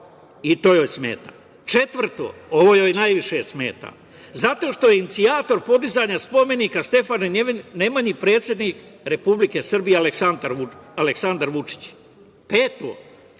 i to joj smeta. Četvrto, ovo joj najviše smeta, zato što je inicijator podizanja spomenika Stefanu Nemanji predsednik Republike Srbije Aleksandar Vučić. Peto,